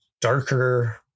darker